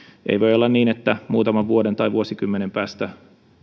ei voi olla niin että muutaman vuoden tai vuosikymmenen päästä